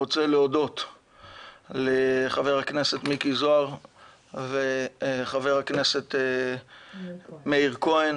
אני רוצה להודות לחבר הכנסת מיקי זוהר וחבר הכנסת מאיר כהן,